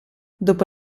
dopo